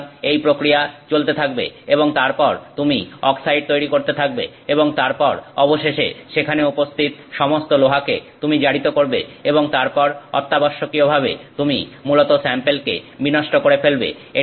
সুতরাং এই প্রক্রিয়া চলতে থাকবে এবং তারপর তুমি অক্সাইড তৈরি করতে থাকবে এবং তারপর অবশেষে সেখানে উপস্থিত সমস্ত লোহাকে তুমি জারিত করবে এবং তারপর অত্যাবশ্যকীয়ভাবে তুমি মূলত স্যাম্পেলকে বিনষ্ট করে ফেলবে